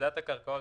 פקודת הקרקעות